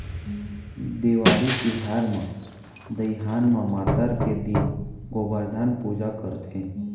देवारी तिहार म दइहान म मातर के दिन गोबरधन पूजा करथे